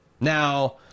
Now